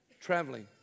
traveling